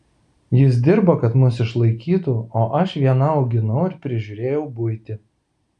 jis dirbo kad mus išlaikytų o aš viena auginau ir prižiūrėjau buitį